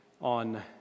on